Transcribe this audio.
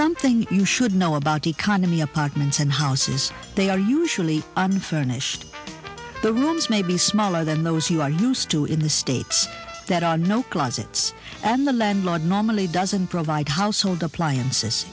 something you should know about economy apartments and houses they are usually unfinished the rooms may be smaller than those you are used to in the states that are no closets and the landlord normally doesn't provide household appliances